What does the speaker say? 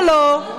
ולא,